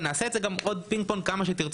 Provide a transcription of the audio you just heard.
וגם נעשה את זה, עוד פינג-פונג, כמה שתרצו.